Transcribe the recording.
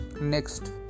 Next